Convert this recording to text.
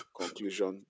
conclusion